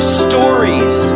stories